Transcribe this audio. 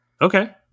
Okay